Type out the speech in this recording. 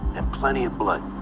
and plenty of blood.